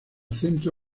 centro